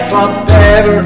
Forever